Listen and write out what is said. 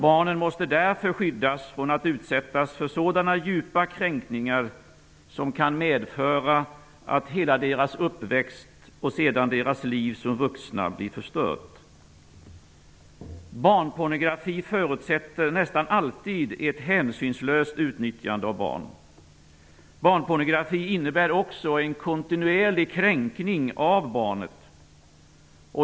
Barnen måste därför skyddas från att utsättas för sådana djupa kränkningar som kan medföra att hela deras uppväxt och sedan deras liv som vuxna blir förstört. Barnpornografi förutsätter nästan alltid ett hänsynslöst utnyttjande av barn. Barnpornografi innebär också en kontinuerlig kränkning av barnet.